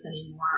anymore